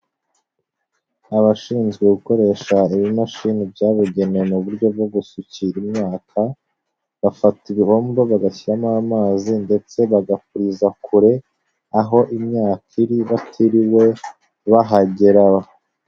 Abashinzwe gukoresha ibimashini byabugenewe mu buryo bwo gusukira imyaka, bafata ibihombo bagashyiramo amazi ndetse bagapuriza kure aho imyaka iri batiriwe bahagera.